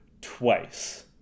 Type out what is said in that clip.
twice